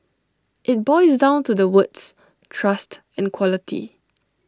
IT boils down to the words trust and quality